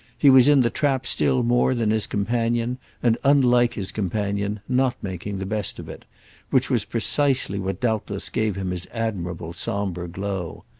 he was in the trap still more than his companion and, unlike his companion, not making the best of it which was precisely what doubtless gave him his admirable sombre glow.